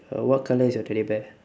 uh what colour is your teddy bear